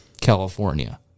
California